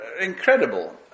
incredible